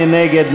מי נגד?